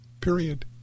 Period